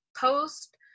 post